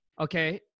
okay